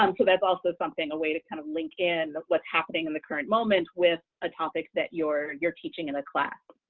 um that's also something a way to kind of link in what's happening in the current moment with a topic that you're you're teaching in a class.